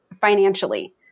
financially